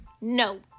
No